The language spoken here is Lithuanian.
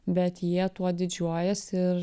bet jie tuo didžiuojasi ir